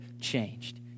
changed